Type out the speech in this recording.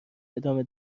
ادامه